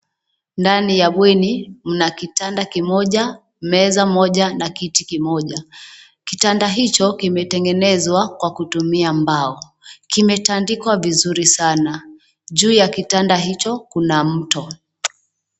Ndani ya bweni mna kitanda kimoja, meza moja na kiti kimoja. Kitanda hicho kimetengenezwa kwa kutumia mbao. Kimetandikwa vizuri sana. Juu ya kitanda hicho kuna mto.